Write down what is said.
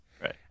Right